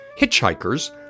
hitchhikers